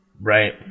Right